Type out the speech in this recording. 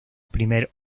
primer